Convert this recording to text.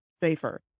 safer